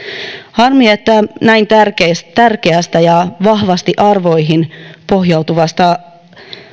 harmi että näin tärkeästä tärkeästä ja vahvasti arvoihin pohjautuvasta